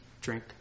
drink